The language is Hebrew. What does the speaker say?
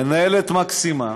מנהלת מקסימה.